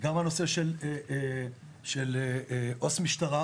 וגם הנושא של עו״ס משטרה.